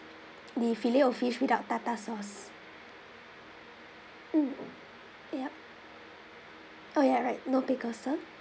the filet O fish without tartar sauce mm ya !oh! ya right no pickles sir